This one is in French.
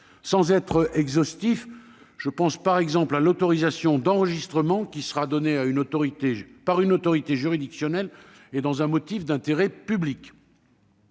Sans être exhaustif, je pense par exemple à l'autorisation d'enregistrement qui sera donnée par une autorité juridictionnelle et dans un motif d'intérêt public.